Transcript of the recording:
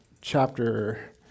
chapter